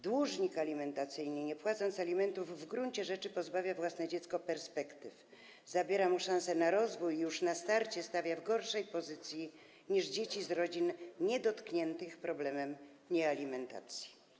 dłużnik alimentacyjny, nie płacąc alimentów, w gruncie rzeczy pozbawia własne dziecko perspektyw - zabiera mu szansę na rozwój i już na starcie stawia w gorszej pozycji niż dzieci z rodzin niedotkniętych problemem niealimentacji”